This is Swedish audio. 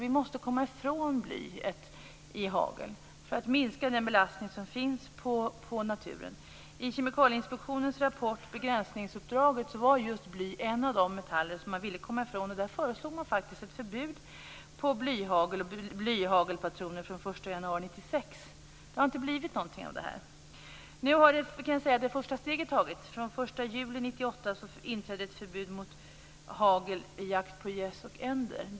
Vi måste komma ifrån bly i hagel för att minska belastningen på naturen. I Kemikalieinspektionens rapport Begränsningsuppdraget var just bly en av de metaller man vill komma ifrån, och man föreslog faktiskt ett förbud mot blyhagel och blyhagelpatroner från den 1 januari 1996. Det har inte blivit något av detta, men nu har det första steget tagits. Från den 1 juli 1998 träder ett förbud mot hagel vid jakt på gäss och änder i kraft.